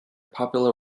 popular